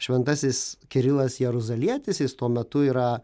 šventasis kirilas jeruzalietis jis tuo metu yra